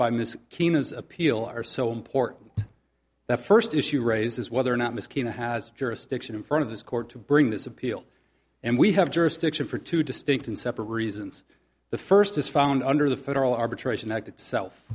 mr keene as appeal are so important the first issue raised is whether or not ms kena has jurisdiction in front of this court to bring this appeal and we have jurisdiction for two distinct and separate reasons the first is found under the federal arbitration act itself